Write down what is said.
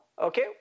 Okay